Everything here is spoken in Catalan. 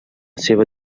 seva